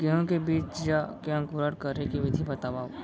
गेहूँ बीजा के अंकुरण करे के विधि बतावव?